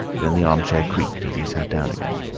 then the armchair creaked as he sat down again.